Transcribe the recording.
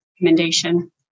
recommendation